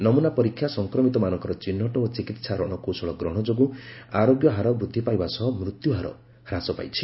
ନମୁନା ପରୀକ୍ଷା ସଂକ୍ରମିତମାନଙ୍କର ଚିହ୍ନଟ ଓ ଚିକିତ୍ସା ରଣକୌଶଳ ଗ୍ରହଣ ଯୋଗୁଁ ଆରୋଗ୍ୟ ହାର ବୃଦ୍ଧି ପାଇବା ସହ ମୃତ୍ୟୁହାର ହ୍ରାସ ପାଇଛି